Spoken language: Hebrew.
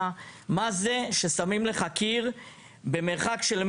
מה זה כששמים לך קיר במרחק של מטר,